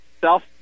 self